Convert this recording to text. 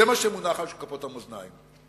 זה מה שמונח על כפות המאזניים.